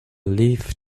leaf